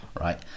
right